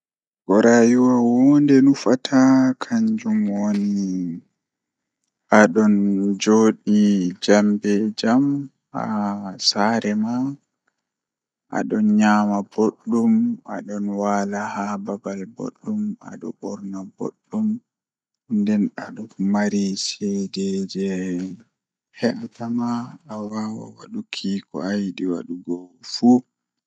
Ko rayuwa hunde nufata kanjum woni adon joodi jam be jam haa saare ma adon nyama boddum adon waala haa babal boddum adon borna boddum nden adon mari ceede jei he'ata ma awawan waduki ko ayidi wadugo fuu.